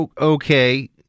Okay